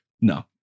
No